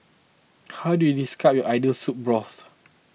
how do you describe your ideal soup broth